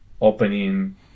opening